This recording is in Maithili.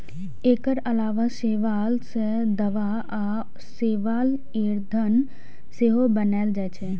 एकर अलावा शैवाल सं दवा आ शैवाल ईंधन सेहो बनाएल जाइ छै